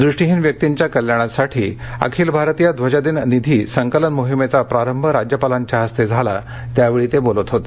द्रष्टीहीन व्यक्तींच्या कल्याणासाठी अखिल भारतीय ध्वजदिन निधी संकलन मोहिमेचा प्रारंभ राज्यपालांच्या हस्ते झाला त्यावेळी ते बोलत होते